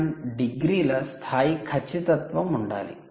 1 డిగ్రీల స్థాయి ఖచ్చితత్వం ఉండాలి